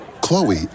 Chloe